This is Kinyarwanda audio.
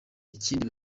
ikindi